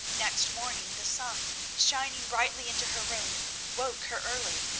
next morning, the sun shining brightly into her room woke her early.